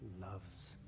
loves